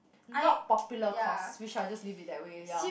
not popular course which I will just leave it that way ya